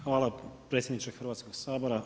Hvala predsjedniče Hrvatskog sabora.